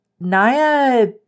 Naya